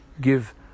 give